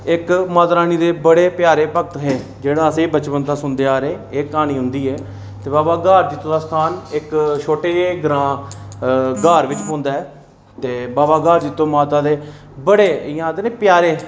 इक माता रानी दे बड़े प्यारे भक्त हे जेह्ड़ा असेंई बचपन दा सुनदे आ दे एह् क्हानी उंदी ऐ दूआ ग्हार जित्तो दा स्थान इक छोटे जेह् ग्रांऽ ग्हार बिच पौंदा ऐ ते बाबा ग्हार जित्तो माता दे बड़े इ'यां आखदे निं प्यारे